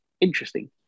interesting